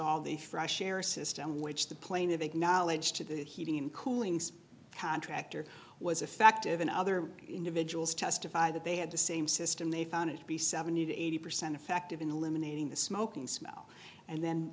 a fresh air system which the plane of acknowledged to the heating and cooling some contractor was effective in other individuals testify that they had the same system they found to be seventy to eighty percent effective in eliminating the smoking smell and then